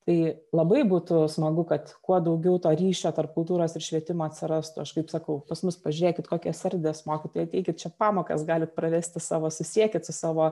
tai labai būtų smagu kad kuo daugiau to ryšio tarp kultūros ir švietimo atsirastų aš kaip sakau pas mus pažiūrėkit kokias erdvės mokytojai ateikit čia pamokas gali pravesti savo susiekit su savo